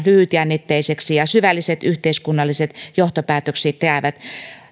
lyhytjännitteisiksi ja syvälliset yhteiskunnalliset johtopäätökset jäävät